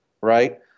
right